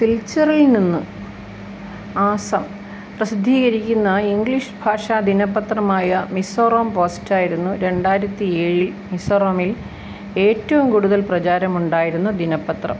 സിൽച്ചറിൽ നിന്ന് ആസം പ്രസിദ്ധീകരിക്കുന്ന ഇംഗ്ലീഷ് ഭാഷാ ദിനപത്രമായ മിസോറം പോസ്റ്റ് ആയിരുന്നു രണ്ടായിരത്തിയേഴിൽ മിസോറാമിൽ ഏറ്റവും കൂടുതൽ പ്രചാരമുണ്ടായിരുന്ന ദിനപത്രം